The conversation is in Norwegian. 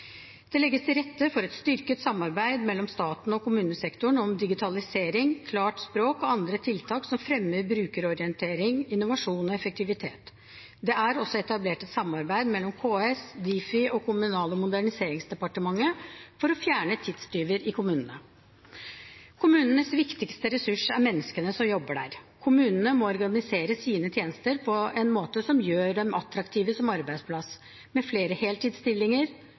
Det legges til rette for et styrket samarbeid mellom staten og kommunesektoren om digitalisering, klart språk og andre tiltak som fremmer brukerorientering, innovasjon og effektivitet. Det er også etablert et samarbeid mellom KS, Difi og Kommunal- og moderniseringsdepartementet for å fjerne tidstyver i kommunene. Kommunenes viktigste ressurs er menneskene som jobber der. Kommunene må organisere sine tjenester på en måte som gjør dem attraktive som arbeidsplass, med flere heltidsstillinger,